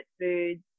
foods